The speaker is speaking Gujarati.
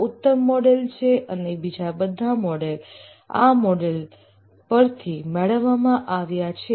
આ ઉત્તમ મોડલ છે અને બીજા બધા મોડલ આ મોડલ પરથી મેળવવામાં આવ્યા છે